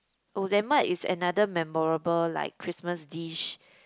oh is another memorable like Christmas dish